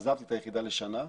עזבתי את היחידה לשנה,